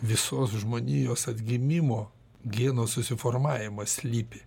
visos žmonijos atgimimo geno susiformavimas slypi